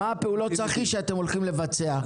מה הפעולות שאתם הולכים לבצע,